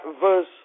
verse